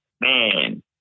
man